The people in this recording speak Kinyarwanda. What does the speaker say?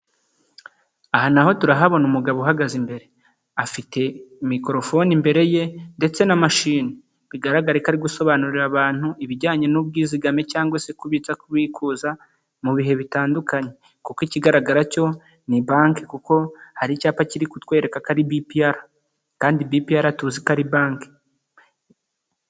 Aha naho turahabona umugabo uhagaze imbere afite mikorofone imbere ye ndetse na mashini bigaragare ko ari gusobanurira abantu ibijyanye n'ubwizigame cyangwa se kubitsa kubikuza mu bihe bitandukanye kuko ikigaragara cyo ni banki kuko hari icyapa kiri kutwereka ko bipiyara kandi bipiyara tuzi ko ari banki.